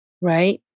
right